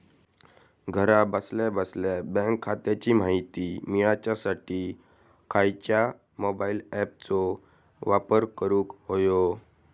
घरा बसल्या बसल्या बँक खात्याची माहिती मिळाच्यासाठी खायच्या मोबाईल ॲपाचो वापर करूक होयो?